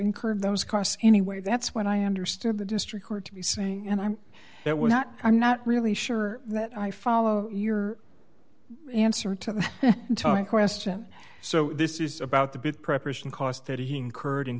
incurred those costs anyway that's what i understood the district court to be saying and i'm it will not come not really sure that i follow your answer to the time question so this is about the